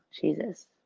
jesus